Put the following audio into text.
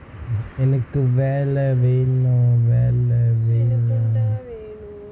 எனக்கு வேல வேணு வேல வேணு:enakku vela venu vela venu